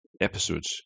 episodes